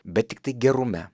bet tiktai gerume